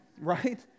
right